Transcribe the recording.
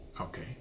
Okay